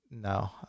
No